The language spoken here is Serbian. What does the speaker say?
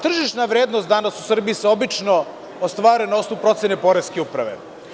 Tržišna vrednost danas u Srbiji se obično ostvaruje na osnovu procene poreske uprave.